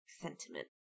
sentiment